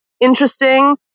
interesting